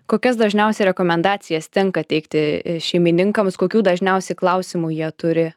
kokias dažniausiai rekomendacijas tenka teikti šeimininkams kokių dažniausių klausimų jie turi